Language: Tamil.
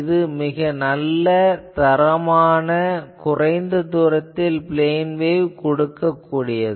இது மிக நல்ல தரமான மற்றும் குறைந்த தூரத்தில் பிளேன் வேவ் கொடுக்கக்கூடியது